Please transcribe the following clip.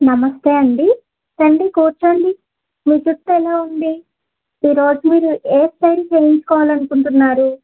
నమస్తే అండి రండి కూర్చోండి మీ జుట్టు ఎలా ఉంది ఈరోజు మీరు ఏ స్టైల్ చేయించుకోవాలి అనుకుంటున్నారు